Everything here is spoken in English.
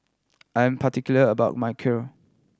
I'm particular about my Kheer